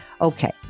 Okay